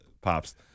Pops